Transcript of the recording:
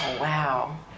wow